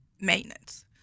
maintenance